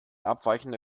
abweichende